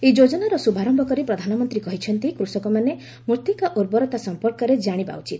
ଏହି ଯୋଜନାର ଶୁଭାରମ୍ଭ କରି ପ୍ରଧାନମନ୍ତ୍ରୀ କହିଛନ୍ତି କୃଷକମାନେ ମୂଭିକା ସ୍ୱାସ୍ଥ୍ୟ ସଂପର୍କରେ ଜାଣିବା ଉଚିତ